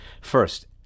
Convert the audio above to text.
First